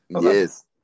Yes